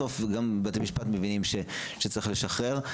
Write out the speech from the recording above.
בסוף גם בתי משפט מבינים שצריך לשחרר.